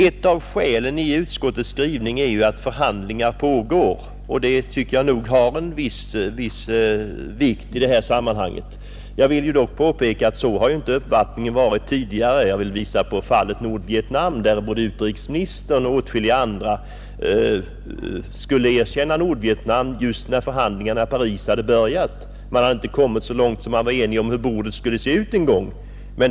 Ett av de skäl som anförs i utskottets skrivning är att förhandlingar pågår, och det tycker jag nog har viss vikt i detta sammanhang, Jag vill dock påpeka att så inte har varit uppfattningen tidigare, Jag vill peka på fallet Nordvietnam, där både utrikesministern och andra skulle erkänna Nordvietnam just när förhandlingarna i Paris hade börjat och innan man ens hade kommit så långt att man var enig om hur förhandlingsbordet skulle se ut.